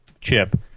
chip